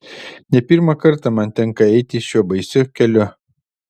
ne pirmą kartą man tenka eiti šiuo baisiu keliu